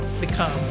become